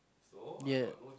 ya